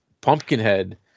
Pumpkinhead